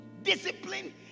Discipline